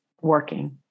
working